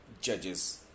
judges